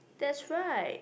that's right